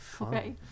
Okay